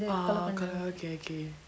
ah கொல:kola ookay okay